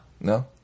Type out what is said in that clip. No